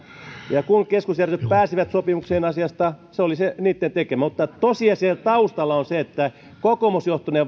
ja kun keskusjärjestöt pääsivät sopimukseen asiasta se oli niitten tekemä mutta tosiasia taustalla on se että kokoomusjohtoinen